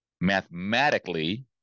mathematically